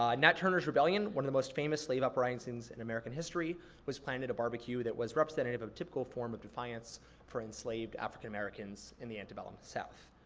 um nat turner's rebellion, one of the most famous slave uprising's in american history was planned at a barbecue that was representative of a typical form of defiance for enslaved african americans in the antebellum south.